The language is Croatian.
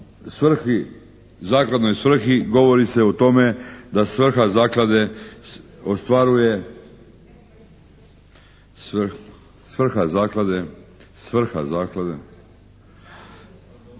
u svrhi, Zakladnoj svrhi govori se o tome da svrha Zaklade ostvaruje, svrha Zaklade… Jel' vi mene